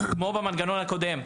כמו במנגנון הקודם,